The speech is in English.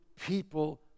people